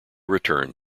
return